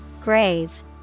Grave